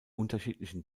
unterschiedlichen